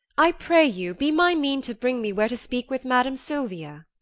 i pray you be my mean to bring me where to speak with madam silvia.